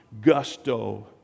gusto